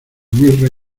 mirra